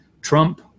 Trump